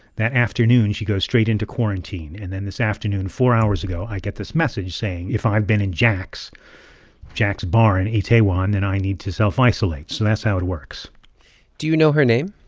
that afternoon, she goes straight into quarantine. and then this afternoon, four hours ago, i get this message saying if i've been in jack's jack's bar in itaewon then i need to self-isolate. so that's how it works do you know her name?